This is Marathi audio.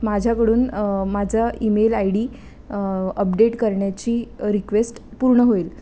माझ्याकडून माझा ईमेल आय डी अपडेट करण्याची रिक्वेस्ट पूर्ण होईल